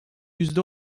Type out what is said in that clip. yüzde